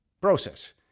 process